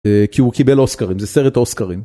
כי הוא קיבל אוסקרים, זה סרט אוסקרים.